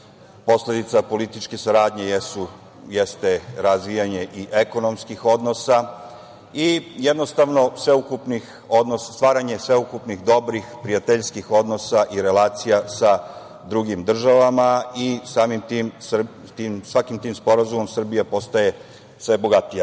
Posledica političke saradnje jeste razvijanje i ekonomskih odnosa i jednostavno stvaranje sveukupnih dobrih, prijateljskih odnosa i relacija sa drugim državama. Samim tim, svakim tim sporazumom Srbija postaje sve bogatija. Ono